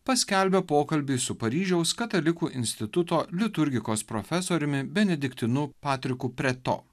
paskelbė pokalbį su paryžiaus katalikų instituto liturgikos profesoriumi benediktinu patriku preto